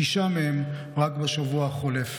שישה מהם רק בשבוע החולף.